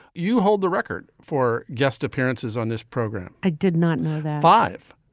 you hold the record for guest appearances on this program. i did not know the five.